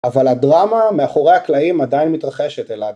אבל הדרמה מאחורי הקלעים עדיין מתרחשת אלעד